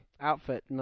outfit